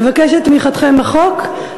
נבקש את תמיכתם בחוק,